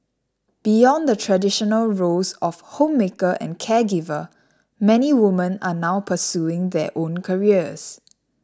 beyond the traditional roles of homemaker and caregiver many women are now pursuing their own careers